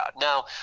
Now